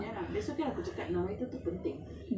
maybe it's the niat that matters lah